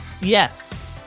Yes